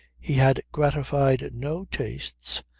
he had gratified no tastes,